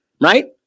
right